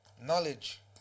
knowledge